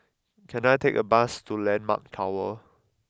can I take a bus to Landmark Tower